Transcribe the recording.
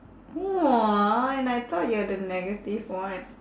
!wah! and I thought you're the negative one